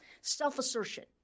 Self-assertion